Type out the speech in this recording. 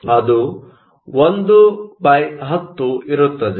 ಅದು 110 ಇರುತ್ತದೆ